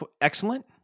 Excellent